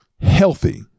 Healthy